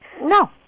No